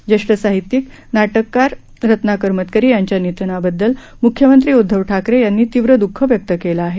ज्येष्ठ साहित्यिक नाटककार रत्नाकर मतकरी यांच्या निधनाबददल म्ख्यमंत्री उद्धव ठाकरे यांनी तीव्र द्रःख व्यक्त केलं आहे